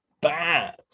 bad